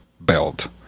belt